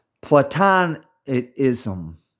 Platonism